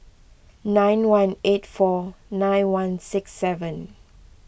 nine one eight four nine one six seven